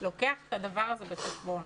לוקח את הדבר הזה בחשבון.